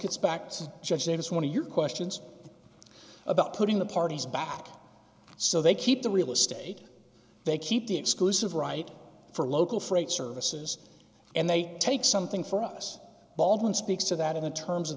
gets back to the judge they just want to your questions about putting the parties back so they keep the real estate they keep the exclusive right for local freight services and they take something for us baldwin speaks to that in terms of